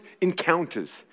Encounters